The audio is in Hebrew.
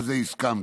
ולזה הסכמתי,